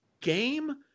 game